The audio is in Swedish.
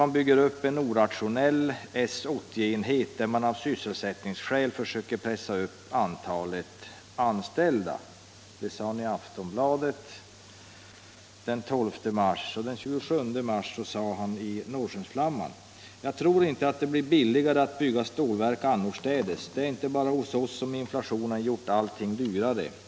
Vi bygger upp en orationell S 80-enhet där man av sysselsättningsskäl försöker pressa upp antalet anställda.” Det sade han i Aftonbladet den 12 mars i år, och den 27 mars sade han i Norrskensflamman: ”Jag tror inte att det blir billigare att bygga stålverk annorstädes, det är inte bara hos oss som inflationen gjort allting dyrare.